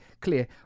clear